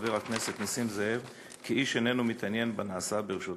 חבר הכנסת נסים זאב כי איש אינו מתעניין בנעשה ברשות השידור.